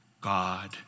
God